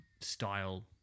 style